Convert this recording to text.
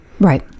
right